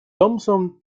thompson